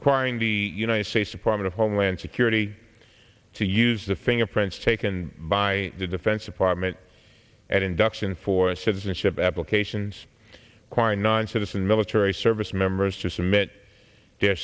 requiring the united states department of homeland security to use the fingerprints taken by the defense department and induction for citizenship applications acquire non citizen military service members to submit their